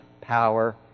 power